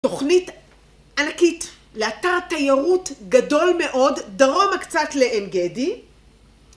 תוכנית ענקית לאתר תיירות גדול מאוד, דרום קצת לעין גדי.